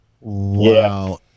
Wow